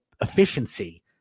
efficiency